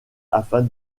afin